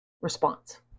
response